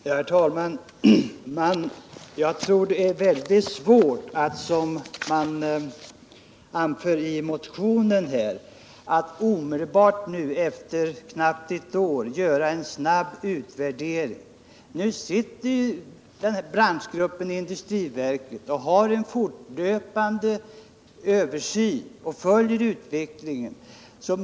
Herr talman! Jag tror det är synnerligen svårt att, som det föreslås i motionen, knappt ett år efter föregående riksdagsbeslut om stödet till den manuella glasindustrin omedelbart göra en snabb utvärdering. Branschgruppen arbetar nu i industriverket och har fortlöpande översyn och följer utvecklingen i branschen.